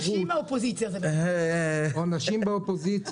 ומתי הכוונה למנות את היושב-ראש